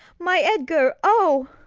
my edgar, o!